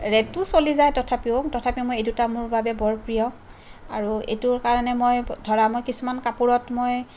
ৰেডটোও চলি যায় তথাপিও তথাপিও মই এইদুটা মোৰ বাবে বৰ প্ৰিয় আৰু এইটোৰ কাৰণে মই ধৰা মই কিছুমান কাপোৰত মই